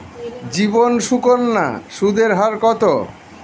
জীবন সুকন্যা সুদের হার কত?